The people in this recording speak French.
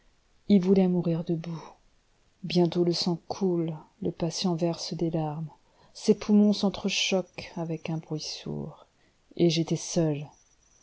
il voulait mourir debout bientôt le sang coule le patient verse des larmes ses poumons s'entre-choquent avec un bruit sourd et j'étais seul